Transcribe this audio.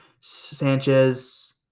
Sanchez